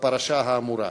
בפרשה האמורה.